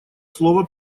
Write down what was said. слово